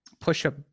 push-up